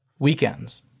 weekends